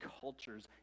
cultures